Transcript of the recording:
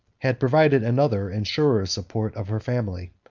had provided another and surer support of her family.